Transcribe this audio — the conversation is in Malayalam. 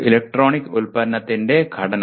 ഒരു ഇലക്ട്രോണിക് ഉൽപ്പന്നത്തിന്റെ ഘടന